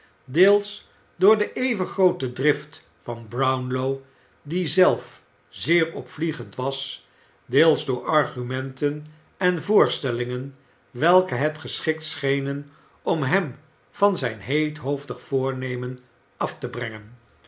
deels door de even groote drift van brownlow die zelf zeer opvliegend was deels door argumenten en voorste lingen we ke het geschiktst schenen om hem van zijn heethoofdig voornemen af te brengen